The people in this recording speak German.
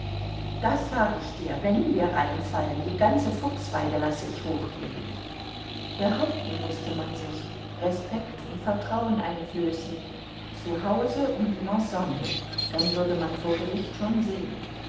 das sag ich dir wenn wir reinfallen die ganze fuchsweide lasse ich hochgehen behaupten mußte man sich respekt und vertrauen einflößen zu hause und im ensemble dann würde man vor gericht schon sehen